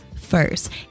first